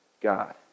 God